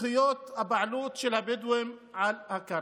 בזכויות הבעלות של הבדואים על הקרקע.